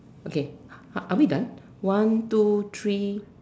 okay are are we done one two three